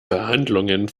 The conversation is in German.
verhandlungen